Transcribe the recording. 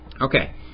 Okay